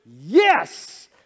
yes